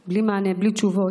בלי מענה, בלי תשובות,